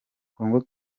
kongo